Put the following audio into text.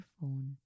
phone